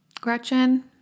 Gretchen